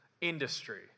industry